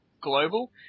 global